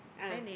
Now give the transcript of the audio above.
ah